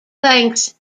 ranks